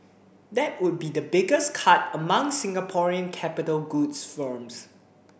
that would be the biggest cut among Singaporean capital goods firms